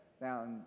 now